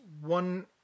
one